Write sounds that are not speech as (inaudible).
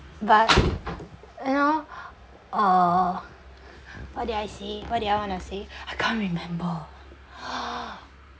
but you know uh what did I say what did I wanna say I can't remember (noise)